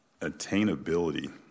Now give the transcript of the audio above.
Attainability